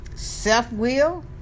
self-will